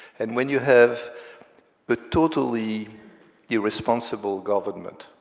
and when you have the totally irresponsible government